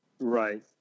Right